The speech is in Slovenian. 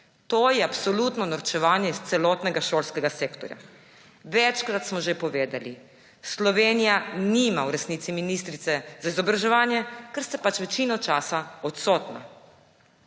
To je absolutno norčevanje iz celotnega šolskega sektorja. Večkrat smo že povedali, Slovenija v resnici nima ministrice za izobraževanje, ker ste pač večino časa odsotni.